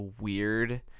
weird